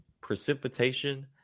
precipitation